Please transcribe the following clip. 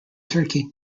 turkey